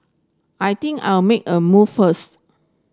I think I'll make a move first